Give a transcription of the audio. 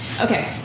Okay